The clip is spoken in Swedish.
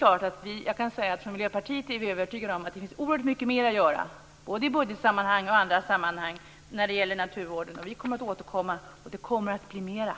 Från Miljöpartiet är vi övertygade om att det finns oerhört mycket mer att göra, både i budgetsammanhang och i andra sammanhang när det gäller naturvården, och vi kommer att återkomma, och det kommer att bli mera.